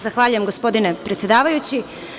Zahvaljujem, gospodine predsedavajući.